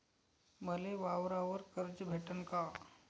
मले वावरावर कर्ज भेटन का?